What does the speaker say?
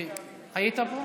היית פה?